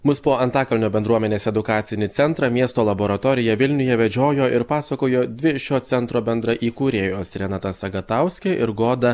mus po antakalnio bendruomenės edukacinį centrą miesto laboratoriją vilniuje vedžiojo ir pasakojo dvi šio centro bendra įkūrėjos renata sagatauskė ir goda